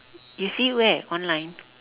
you see where online